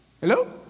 Hello